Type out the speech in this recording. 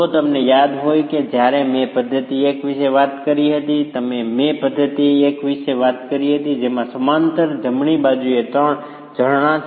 જો તમને યાદ હોય કે જ્યારે મેં પદ્ધતિ 1 વિશે વાત કરી હતી તો મેં પદ્ધતિ 1 વિશે વાત કરી હતી જેમાં સમાંતર જમણી બાજુએ 3 ઝરણાં છે